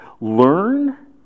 learn